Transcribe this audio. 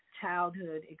childhood